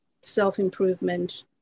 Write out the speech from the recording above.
self-improvement